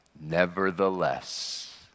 Nevertheless